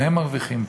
שניהם מרוויחים פה.